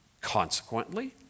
Consequently